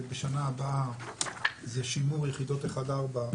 בשנה הבאה זה שימור יחידות 1-4,